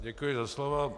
Děkuji za slovo.